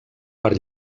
per